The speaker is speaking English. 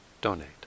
donate